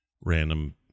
random